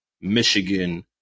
Michigan